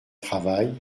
travaille